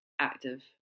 active